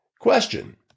Question